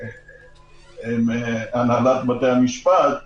חירום, אני